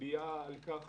שמצביעה על כך